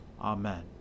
Amen